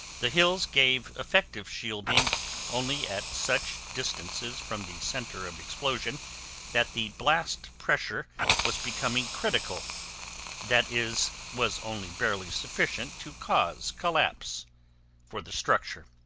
the hills gave effective shielding only at such distances from the center of explosion that the blast pressure was becoming critical that is, was only barely sufficient to cause collapse for the structure.